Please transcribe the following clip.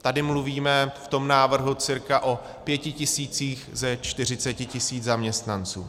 Tady mluvíme v tom návrhu cirka o pěti tisících ze 40 tisíc zaměstnanců.